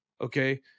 Okay